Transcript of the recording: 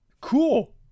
Cool